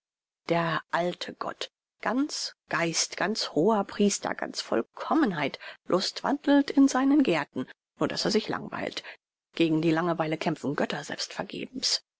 der alte gott ganz geist ganz hoherpriester ganz vollkommenheit lustwandelt in seinen gärten nur daß er sich langweilt gegen die langeweile kämpfen götter selbst vergebens